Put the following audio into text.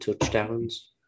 touchdowns